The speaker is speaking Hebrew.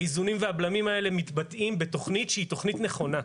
האיזונים והבלמים האלה מתבטאים בתוכנית שהיא תוכנית נכונה.